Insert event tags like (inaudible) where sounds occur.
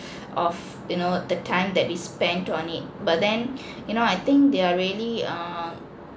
(breath) of you know the time that we spent on it but then you know I think they are really err